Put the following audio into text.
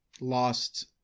lost